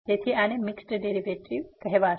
તેથી આને mixed derivatives કહેવામાં આવે છે